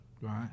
Right